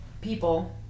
people